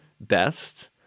best